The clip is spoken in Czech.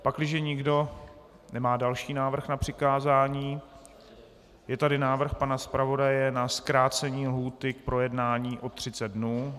Pakliže nikdo nemá další návrh na přikázání, je tady návrh pana zpravodaje na zkrácení lhůty k projednání o 30 dnů.